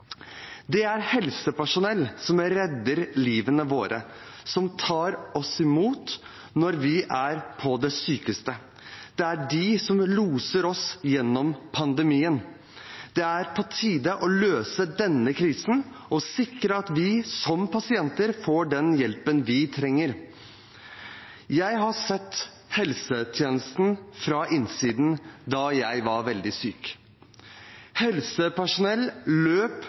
Det er helsepersonell som redder livet vårt, og som tar oss imot når vi er på det sykeste. Det er de som loser oss gjennom pandemien. Det er på tide å løse denne krisen og sikre at vi som pasienter får den hjelpen vi trenger. Jeg har sett helsetjenesten fra innsiden da jeg var veldig syk. Helsepersonell løp